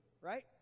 right